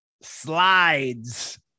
Slides